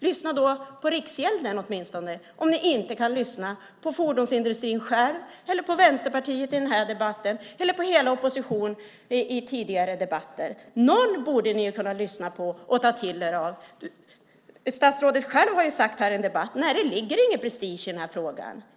Lyssna åtminstone på Riksgälden om ni inte kan lyssna på fordonsindustrin, på Vänsterpartiet i den här debatten eller på hela oppositionen i tidigare debatter. Någon borde ni kunna lyssna på. Statsrådet har själv sagt i en debatt att det inte ligger någon prestige i den här frågan.